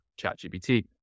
ChatGPT